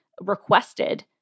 requested